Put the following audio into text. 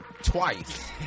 twice